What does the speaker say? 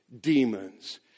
demons